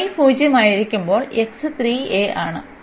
Y 0 ആയിരിക്കുമ്പോൾ x 3a ആണ്